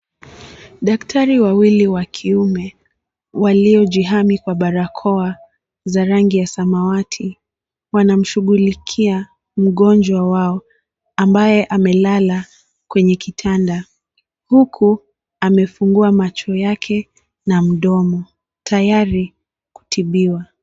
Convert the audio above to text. Daktari wawili wa kiume waliojihami kwa barakoa za rangi ya samawati wanamshughulikia mgonjwa wao ambaye amelala kwenye kitanda huku amefungua macho yake na mdomo tayari kutibiwa.